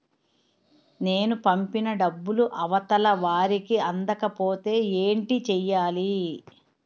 నేను పంపిన డబ్బులు అవతల వారికి అందకపోతే ఏంటి చెయ్యాలి?